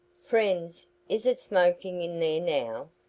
friends, is it smoking in there now?